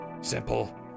simple